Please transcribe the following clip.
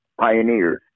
pioneers